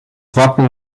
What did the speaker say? wappen